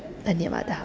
धन्यवादः